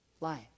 life